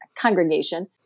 congregation